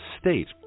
state